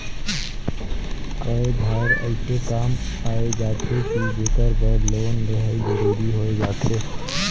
कए धाएर अइसे काम आए जाथे कि जेकर बर लोन लेहई जरूरी होए जाथे